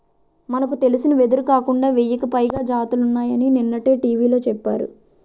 మనకు తెలిసిన వెదురే కాకుండా వెయ్యికి పైగా జాతులున్నాయని నిన్ననే టీ.వి లో చెప్పారు